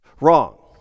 Wrong